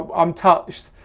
i'm touched,